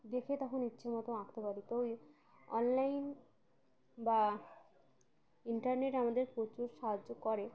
দেখে তখন ইচ্ছে মতো আঁকতে পারি তো অনলাইন বা ইন্টারনেট আমাদের প্রচুর সাহায্য করে